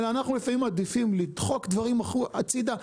אלא אנחנו לפעמים מעדיפים לדחוק דברים הצידה,